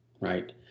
right